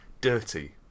Dirty